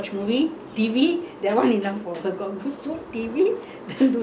my father is she will that time our house got no T_V you know when I newly married to my husband